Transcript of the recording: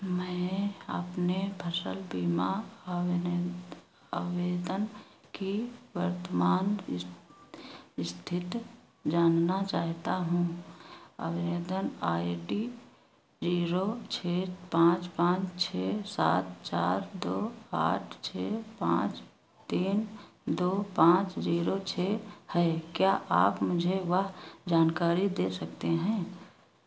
मैं अपने फसल बीमा आवेनेद आवेदन की वर्तमान स्थिति जानना चाहता हूँ आवेदन आई डी जीरो छः पाँच पाँच छः सात चार दो आठ छः पाँच तीन दो पाँच जीरो छः है क्या आप मुझे वह जानकारी दे सकते हैं